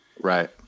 Right